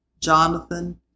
Jonathan